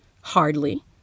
Hardly